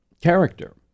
character